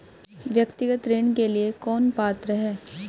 व्यक्तिगत ऋण के लिए कौन पात्र है?